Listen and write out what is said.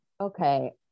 okay